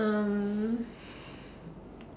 um